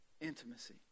intimacy